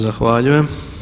Zahvaljujem.